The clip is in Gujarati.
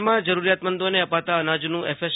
રાજ્યમાં જરૂરીયાતમંદોને અપાતા અનાજનું એફએસ